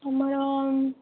ଆମର